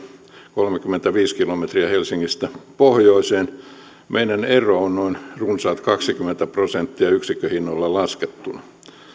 kolmekymmentäviisi kilometriä helsingistä pohjoiseen ja meidän ero on noin runsaat kaksikymmentä prosenttia yksikköhinnoilla laskettuna